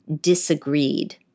disagreed